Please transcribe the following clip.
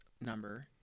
number